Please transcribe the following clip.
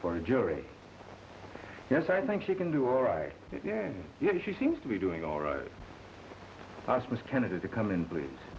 a jury yes i think she can do all right yet she seems to be doing all right i suppose candidate to come in please